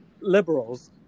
liberals